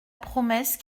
promesse